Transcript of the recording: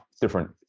different